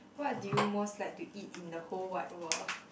what do you most like to eat in the whole wide world